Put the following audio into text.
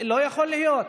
לא יכול להיות.